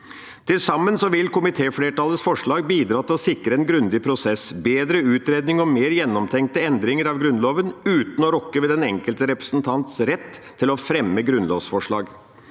Til sammen vil komitéflertallets forslag bidra til å sikre en grundig prosess, med bedre utredning og mer gjennomtenkte endringer av Grunnloven, uten å rokke ved den enkelte representants rett til å fremme grunnlovsforslag.